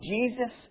Jesus